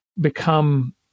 become